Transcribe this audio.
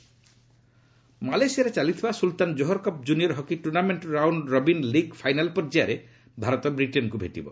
junior hockey ମାଲେସିଆରେ ଚାଲିଥିବା Sultan କୋହର କପ୍ ଜୁନିୟର୍ ହକି ଟୁର୍ଣ୍ଣାମେଣ୍ଟ୍ର ରାଉଣ୍ଡ୍ ରବିନ୍ ଲିଗ୍ ଫାଇନାଲ୍ ପର୍ଯ୍ୟାୟରେ ଭାରତ ବ୍ରିଟେନ୍କୁ ଭେଟିବ